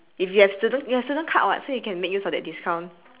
if you have student you have student card what so you can make use of that discount